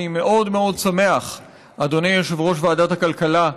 אני מאוד שמח, אדוני יושב-ראש ועדת הכלכלה,